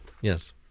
yes